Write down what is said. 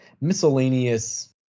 miscellaneous